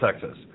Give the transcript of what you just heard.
Texas